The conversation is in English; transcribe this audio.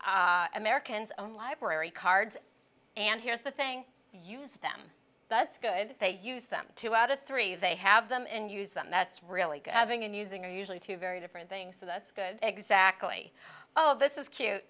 three americans own library cards and here's the thing you use them that's good they use them two out of three they have them and use them that's really good having and using are usually two very different things so that's good exactly oh this is cute